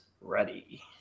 ready